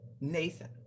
nathan